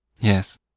Yes